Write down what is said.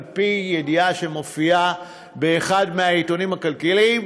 על פי ידיעה שמופיעה באחד העיתונים הכלכליים.